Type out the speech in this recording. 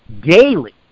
daily